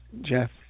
Jeff